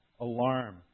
alarm